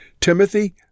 Timothy